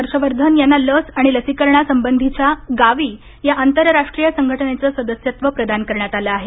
हर्षवर्धन यांना लस आणि लसीकरणा संबधीच्या गावी या आंतरराष्ट्रीय संघटनेचं सदस्यत्व प्रदान करण्यात आलं आहे